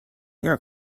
your